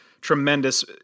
tremendous